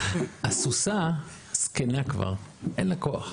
הסוסה זקנה כבר, אין לה כוח.